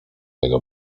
tego